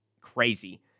crazy